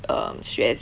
um 学